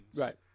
Right